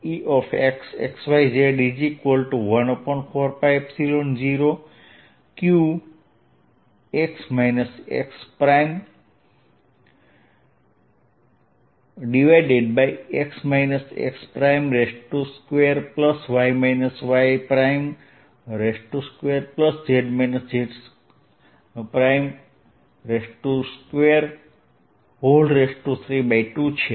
Exxyz14π0q x xx x2y y2z z232 છે